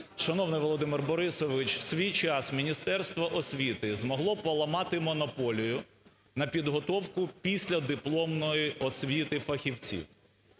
Шановний Володимир Борисович, у свій час Міністерство освіти змогло поламати монополію на підготовку післядипломної освіти фахівців.